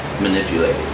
manipulated